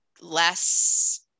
less